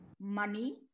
money